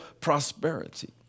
prosperity